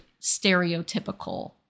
stereotypical-